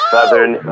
Southern